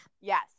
Yes